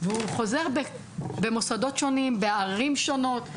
ואחר כך הוא חוזר במוסדות שונים, בערים שונות.